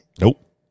Nope